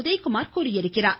உதயகுமார் தெரிவித்துள்ளார்